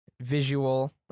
visual